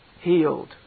healed